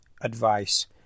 advice